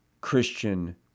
Christian